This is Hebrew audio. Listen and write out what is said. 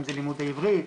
אם זה לימודי עברית,